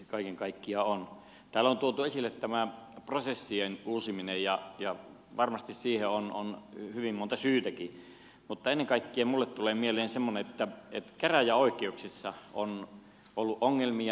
täällä on tuotu esille tämä prosessien uusiminen ja varmasti siihen on hyvin monta syytäkin mutta ennen kaikkea minulle tulee mieleen semmoinen että käräjäoikeuksissa on ollut ongelmia